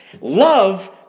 Love